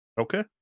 Okay